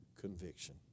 conviction